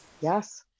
Yes